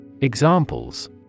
Examples